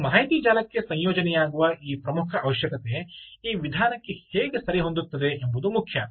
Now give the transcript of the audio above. ಈಗ ಮಾಹಿತಿ ಜಾಲಕ್ಕೆ ಸಂಯೋಜನೆಯಾಗುವ ಈ ಪ್ರಮುಖ ಅವಶ್ಯಕತೆ ಈ ವಿಧಾನಕ್ಕೆ ಹೇಗೆ ಸರಿಹೊಂದುತ್ತದೆ ಎಂಬುದು ಮುಖ್ಯ